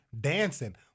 dancing